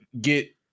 get